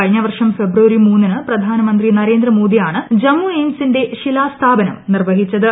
കഴിഞ്ഞവർഷം ഫെബ്രുവരി മൂന്നിന് പ്രധാനമന്ത്രി നരേന്ദ്രമോദിയാണ് ജമ്മു എയിംസിന്റെ ശിലാസ്ഥാപനം നിർവഹിച്ചത്